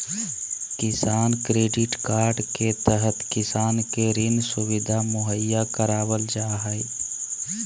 किसान credit card के तहत किसान के ऋण सुविधा मुहैया करावल जा हय